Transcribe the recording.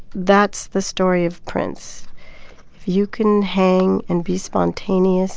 that's the story of prince. if you can hang and be spontaneous